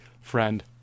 friend